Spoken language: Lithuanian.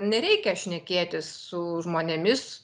nereikia šnekėtis su žmonėmis